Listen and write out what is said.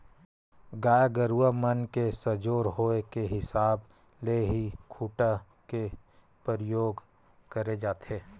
गाय गरुवा मन के सजोर होय के हिसाब ले ही खूटा के परियोग करे जाथे